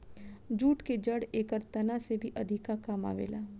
jute के जड़ एकर तना से भी अधिका काम आवेला